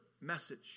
message